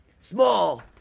Small